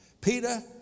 Peter